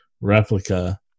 replica